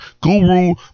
Guru